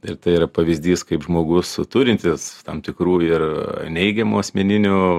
ir tai yra pavyzdys kaip žmogus turintis tam tikrų ir neigiamų asmeninių